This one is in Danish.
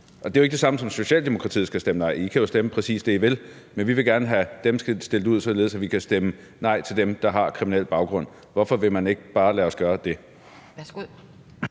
og det er jo ikke det samme som, at Socialdemokratiet skal stemme nej. I kan jo stemme præcis det, I vil. Men vi vil gerne have dem skilt ud, således at vi kan stemme nej til dem, der har en kriminel baggrund. Hvorfor vil man ikke bare lade os gøre det?